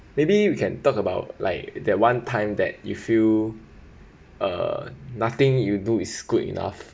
maybe we can talk about like that one time that you feel uh nothing you do is good enough